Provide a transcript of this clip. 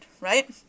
right